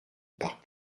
par